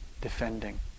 defending